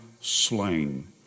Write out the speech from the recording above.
slain